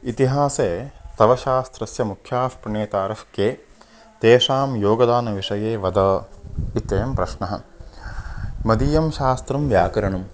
इतिहासे तव शास्त्रस्य मुख्याःप्रणेतारःके तेषां योगदानविषये वद इत्येवं प्रश्नः मदीयं शास्त्रं व्याकरणम्